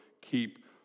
keep